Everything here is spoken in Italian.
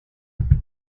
piedi